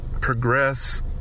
progress